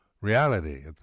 reality